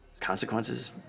Consequences